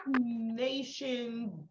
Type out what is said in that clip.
Nation